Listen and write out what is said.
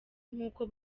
nk’uko